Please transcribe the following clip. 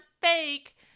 fake